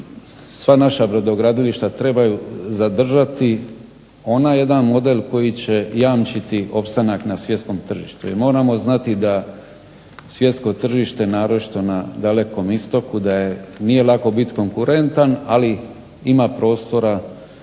sva naša brodogradilišta trebaju zadržati onaj jedan model koji će jamčiti opstanak na svjetskom tržištu. Jer moramo znati da svjetsko tržište naročito na Dalekom istoku da nije lako biti konkurentan ali ima prostora